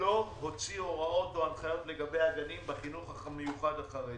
לא הוציא הוראות או הנחיות לגבי הגנים בחינוך המיוחד החרדי.